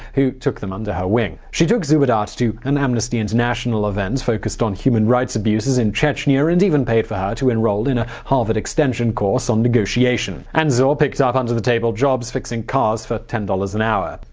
who took them under her wing. she took zubeidat to an amnesty international event focused on human rights abuses in chechnya and even paid for her to enroll in a harvard extension course on negotiation. anzor ah picked up under the table jobs fixing cars for ten dollars an hour.